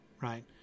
right